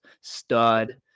stud